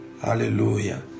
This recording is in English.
Hallelujah